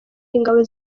ingabo